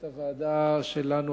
את הוועדה שלנו,